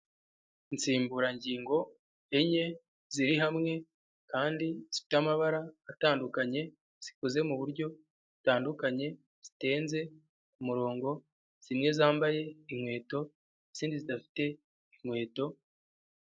Insimburangingo enye ziri hamwe kandi zifite amabara atandukanye, zikoze mu buryo butandukanye, zitenze ku murongo zimwe zambaye inkweto izindi zidafite inkweto.